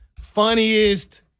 funniest